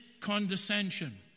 condescension